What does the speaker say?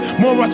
more